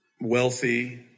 wealthy